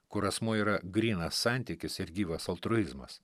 kur asmuo yra grynas santykis ir gyvas altruizmas